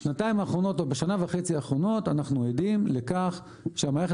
בשנה וחצי האחרונות אנחנו עדים לכך שהמערכת